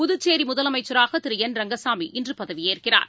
புதுச்சேரிமுதலமைச்சராகதிருஎன் Rangasamy இன்றுபதவியேற்கிறார்